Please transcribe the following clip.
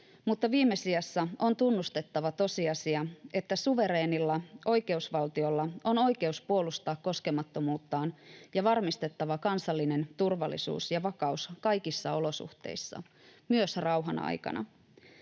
mutta viime sijassa on tunnustettava tosiasia, että suvereenilla oikeusvaltiolla on oikeus puolustaa koskemattomuuttaan ja varmistettava kansallinen turvallisuus ja vakaus kaikissa olosuhteissa, myös rauhan aikana.